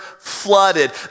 flooded